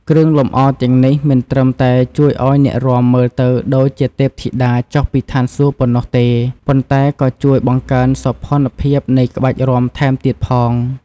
គ្រឿងលម្អទាំងនេះមិនត្រឹមតែជួយឱ្យអ្នករាំមើលទៅដូចជាទេពធីតាចុះពីឋានសួគ៌ប៉ុណ្ណោះទេ ប៉ុន្តែក៏ជួយបង្កើនសោភ័ណភាពនៃក្បាច់រាំថែមទៀតផង។